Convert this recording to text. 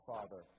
Father